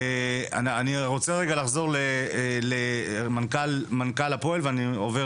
אני רוצה לחזור למנכ"ל הפועל, ואני עובר